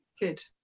Good